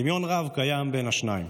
דמיון רב קיים בין השניים.